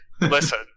Listen